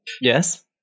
Yes